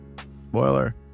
spoiler